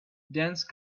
dense